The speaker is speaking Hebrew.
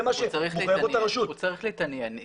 הוא צריך להתעניין.